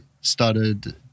started